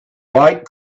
like